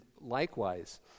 likewise